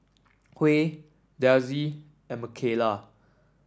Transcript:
Huey Delsie and Mikayla